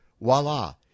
voila